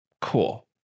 cool